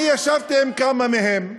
אני ישבתי עם כמה מהם.